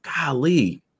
golly